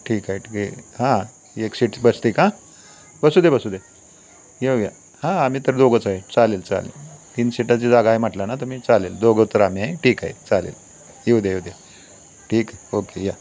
ठीक आहे ठीक आहे हां एक सीटच बसते का बसू दे बसू दे येऊ या हां आम्ही तर दोघंच आहे चालेल चालेल तीन सीटाची जागा आहे म्हटलं ना तुम्ही चालेल दोघं तर आम्ही आहे ठीक आहे चालेल येऊ द्या येऊ दे ठीक ओके या